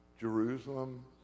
Jerusalem